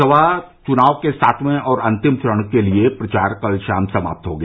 लोकसभा चुनाव के सातवें और अंतिम चरण के लिये प्रचार कल शाम समाप्त हो गया